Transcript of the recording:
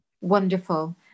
wonderful